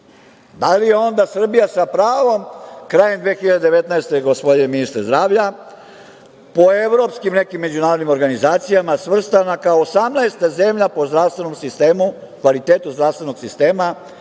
li je onda Srbija sa pravom, krajem 2019. godine, gospodine ministre zdravlja, po evropskim nekim međunarodnim organizacijama, svrstana kao 18. zemlja po zdravstvenom sistemu,